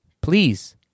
please